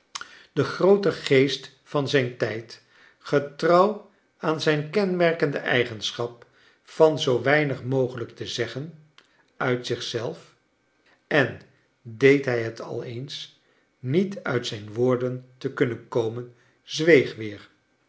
de groote geest van zijn tijd getrouw aan zijn kenmerkende eigenschap van zoo weinig mogelijk te zeggen uit zich zelf en deed hij het al eens niet uit zijn woorden te kunnen komen zweeg weer